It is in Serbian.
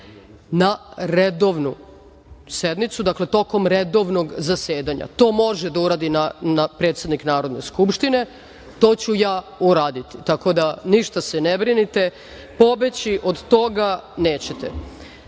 na redovnu sednicu, dakle, tokom redovnog zasedanja. To može da uradi predsednik Narodne skupštine. To ću ja uraditi. Tako da, ništa se ne brinite, pobeći od toga nećete. Idemo